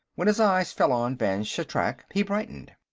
when his eyes fell on vann shatrak, he brightened.